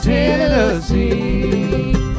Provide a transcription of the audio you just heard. Tennessee